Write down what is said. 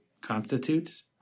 constitutes